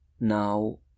now